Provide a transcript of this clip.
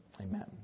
amen